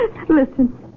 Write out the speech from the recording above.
Listen